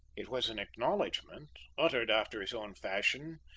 it was an acknowledgment, uttered after his own fashion,